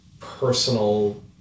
personal